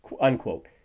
unquote